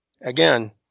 Again